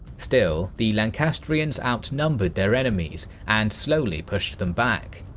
still, the lancastrians outnumbered their enemies and slowly pushed them back.